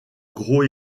gros